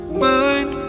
mind